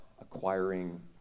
acquiring